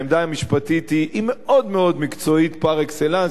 שאז העמדה המשפטית היא מאוד מאוד מקצועית פר-אקסלנס,